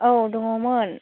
औ दङमोन